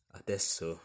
adesso